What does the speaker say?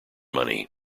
money